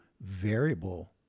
variable